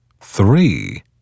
three